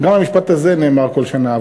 גם המשפט הזה נאמר כל שנה,